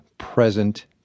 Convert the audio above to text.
present